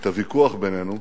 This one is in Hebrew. את הוויכוח בינינו,